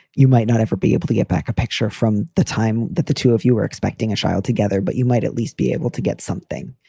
you might not ever be able to get back a picture from the time that the two of you were expecting a child together, but you might at least be able to get something.